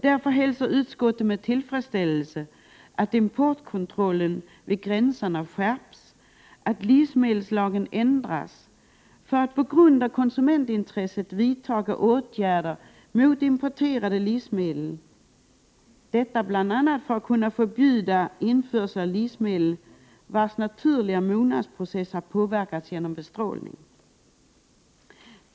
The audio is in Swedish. Därför hälsar utskottet med tillfredsställelse att importkontrollen vid gränserna skärps, att livsmedelslagen ändras för att man på grund av konsumentintresset skall kunna vidta åtgärder mot importerade livsmedel — detta bl.a. för att kunna förbjuda införsel av livsmedel vars naturliga mognadsprocess har påverkats genom bestrålning.